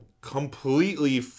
completely